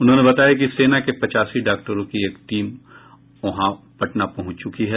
उन्होंने बताया कि सेना के पचासी डॉक्टरों की एक और टीम पटना पहुंच गयी है